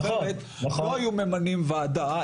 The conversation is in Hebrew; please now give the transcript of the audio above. אחרת לא היו ממנים ועדה,